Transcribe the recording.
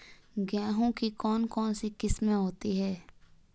गेहूँ की कौन कौनसी किस्में होती है?